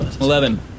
Eleven